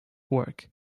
work